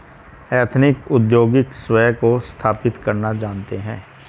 ethnic उद्योगी स्वयं को स्थापित करना जानते हैं